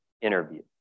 interview